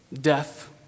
Death